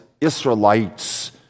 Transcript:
Israelites